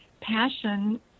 passion